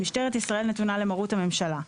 8ב. (א) משטרת ישראל נתונה למרות הממשלה.